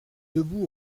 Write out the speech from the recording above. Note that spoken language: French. debout